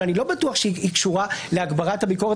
אבל אני לא בטוח שהיא קשורה להגברת הביקורת